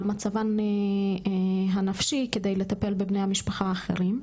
מצבן הנפשי כדי לטפל בבני המשפחה האחרים.